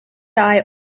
dai